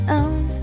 own